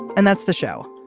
and that's the show.